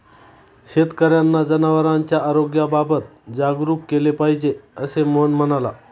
शेतकर्यांना जनावरांच्या आरोग्याबाबत जागरूक केले पाहिजे, असे मोहन म्हणाला